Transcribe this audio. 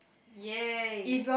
ya